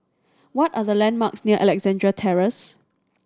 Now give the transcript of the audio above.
what are the landmarks near Alexandra Terrace